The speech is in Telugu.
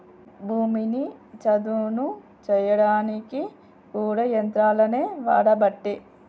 భూమిని చదును చేయడానికి కూడా యంత్రాలనే వాడబట్టే